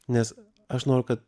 nes aš noriu kad